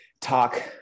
talk